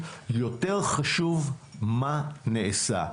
יותר חשוב מה נעשה,